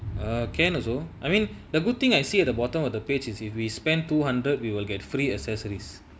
err can also I mean the good thing I see at the bottom of the page is if we spend two hundred we will get free accessories